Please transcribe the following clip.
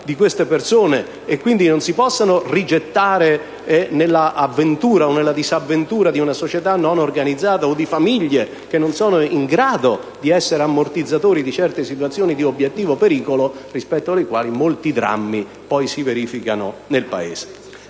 di queste persone, che non si possono rigettare nell'avventura o nella disavventura di una società non organizzata o di famiglie che non sono in grado di fungere da ammortizzatori per certe situazioni di obiettivo pericolo, rispetto alle quali nel Paese si verificano molti